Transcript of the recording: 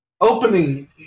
opening